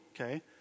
okay